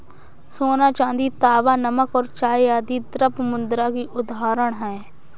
सोना, चांदी, तांबा, नमक और चाय आदि द्रव्य मुद्रा की उदाहरण हैं